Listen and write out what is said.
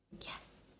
Yes